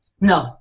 No